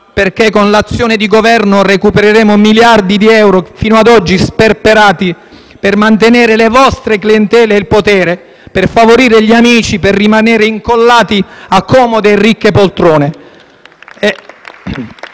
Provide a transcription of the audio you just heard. perché con l'azione di Governo recupereremo miliardi di euro fino ad oggi sperperati per mantenere le vostre clientele e il potere, per favorire gli amici, per rimanere incollati a comode e ricche poltrone.